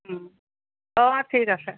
অঁ ঠিক আছে